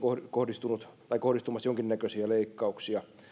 on kohdistunut tai kohdistumassa jonkinnäköisiä leikkauksia